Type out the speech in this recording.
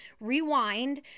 rewind